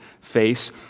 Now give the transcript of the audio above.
face